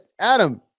Adam